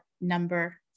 number